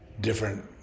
different